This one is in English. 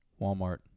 Walmart